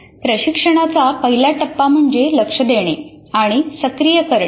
प्रशिक्षणाचा पहिला टप्पा म्हणजे लक्ष देणे आणि सक्रियकरण